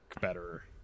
better